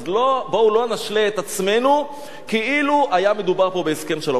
אז בואו לא נשלה את עצמנו כאילו היה מדובר פה בהסכם שלום.